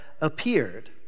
appeared